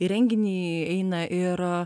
į renginį eina ir a